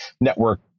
network